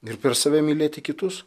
ir per save mylėti kitus